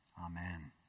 Amen